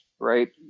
Right